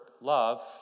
love